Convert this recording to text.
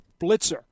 blitzer